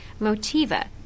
Motiva